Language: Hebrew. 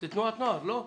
זו תנועת נוער, לא?